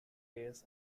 race